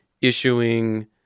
issuing